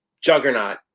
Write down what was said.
Juggernaut